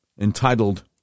entitled